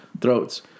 throats